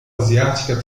asiática